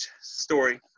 story